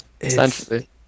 essentially